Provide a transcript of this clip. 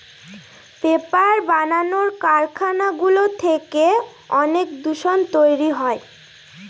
paper বানানোর কারখানাগুলো থেকে অনেক দূষণ তৈরী হয়